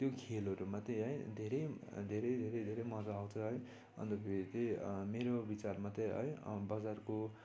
त्यो खेलहरूमा त है धेरै धेरै धेरै धेरै मजा आउँछ है अन्त फेरि त मेरो विचारमा त है बजारको